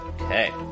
Okay